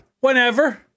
Whenever